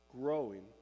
Growing